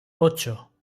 ocho